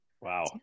wow